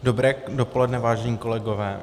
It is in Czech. Dobré dopoledne, vážení kolegové.